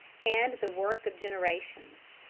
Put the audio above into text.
and the work of generations.